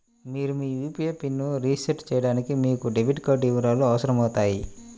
మీరు మీ యూ.పీ.ఐ పిన్ని రీసెట్ చేయడానికి మీకు డెబిట్ కార్డ్ వివరాలు అవసరమవుతాయి